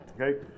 Okay